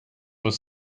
was